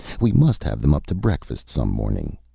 we must have them up to breakfast some morning.